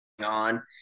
on